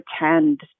pretend